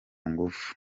ngufu